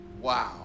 Wow